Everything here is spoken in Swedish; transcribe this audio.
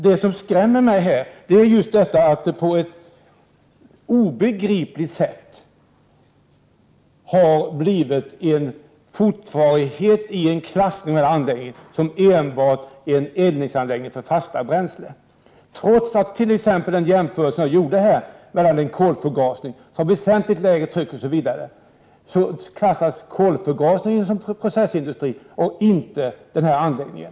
Det som skrämmer mig här är just att det på ett obegripligt sätt har blivit en fortfarighet i en klassning av anläggningen såsom enbart en eldningsanläggning för fasta bränslen. Trots den jämförelse som jag gjorde mellan en kolförgasning —- som innebär ett väsentligt lägre tryck osv. — klassas kolförgasningen som processindustri, till skillnad från den här anläggningen!